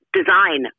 design